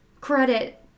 credit